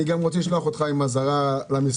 אני גם רוצה לשלוח אותך עם אזהרה למשרד.